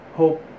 hope